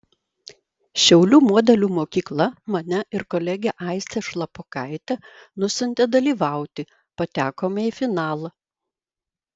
šiaulių modelių mokykla mane ir kolegę aistę šlapokaitę nusiuntė dalyvauti patekome į finalą